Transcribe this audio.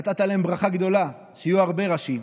נתת להם ברכה גדולה, שיהיו הרבה ראשים,